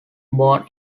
born